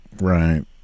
Right